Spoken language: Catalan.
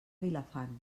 vilafant